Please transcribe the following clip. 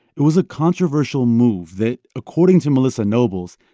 it was a controversial move that, according to melissa nobles,